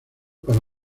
para